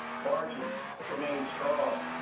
margins remained strong.